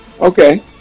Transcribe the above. Okay